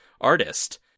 artist